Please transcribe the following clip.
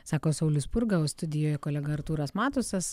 sako saulius spurga o studijoje kolega artūras matusas